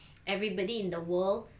everybody in the world